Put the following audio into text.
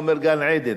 הוא אומר: גן-עדן.